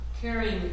caring